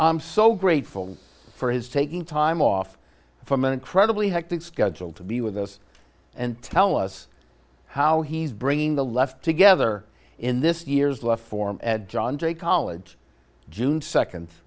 i'm so grateful for his taking time off from an incredibly hectic schedule to be with us and tell us how he's bringing the left together in this year's life form at john jay college june